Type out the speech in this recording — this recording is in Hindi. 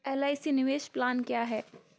एल.आई.सी निवेश प्लान क्या है?